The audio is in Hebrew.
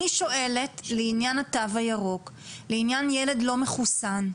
אני שואלת לעניין התו הירוק, לעניין ילד לא מחוסן.